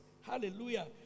Hallelujah